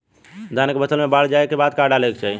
धान के फ़सल मे बाढ़ जाऐं के बाद का डाले के चाही?